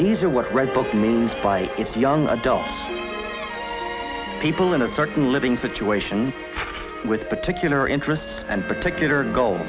these are what red bulls means by it's young adults people in a certain living situation with particular interests and particular goal